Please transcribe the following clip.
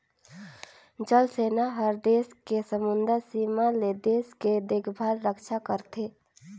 जल सेना हर देस के समुदरर सीमा ले देश के देखभाल रक्छा करथे